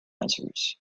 answers